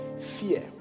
fear